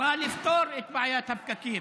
הוא בא לפתור את בעיית הפקקים.